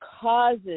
causes